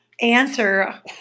answer